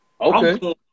Okay